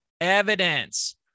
evidence